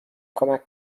کمک